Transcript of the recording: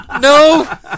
No